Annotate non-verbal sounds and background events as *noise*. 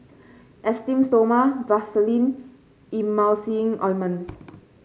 Esteem Stoma Vaselin and Emulsying Ointment *noise*